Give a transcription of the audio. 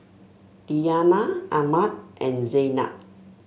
Diyana Ahmad and Zaynab